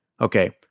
okay